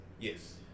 Yes